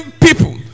people